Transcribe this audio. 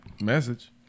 Message